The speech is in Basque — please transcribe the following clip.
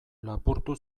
lapurtu